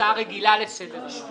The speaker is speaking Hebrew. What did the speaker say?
הצעה רגילה לסדר-היום